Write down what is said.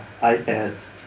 iPads